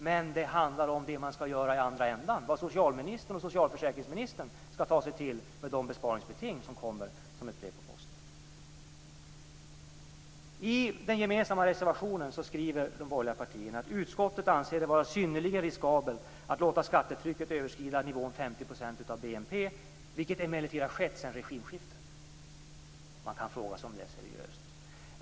Men det handlar om det som man skall göra i andra ändan och vad socialministern och socialförsäkringsministern skall ta sig till med de besparingsbeting som kommer som ett brev på posten. I den gemensamma reservationen skriver de borgerliga partierna att utskottet anser det vara synnerligen riskabelt att låta skattetrycket överskrida nivån 50 % av BNP, vilket emellertid har skett sedan regimskiftet. Man kan fråga sig om det är seriöst.